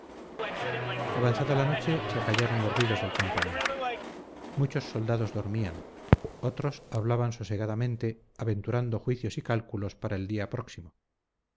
zumalacárregui avanzada la noche se acallaron los ruidos del campamento muchos soldados dormían otros hablaban sosegadamente aventurando juicios y cálculos para el día próximo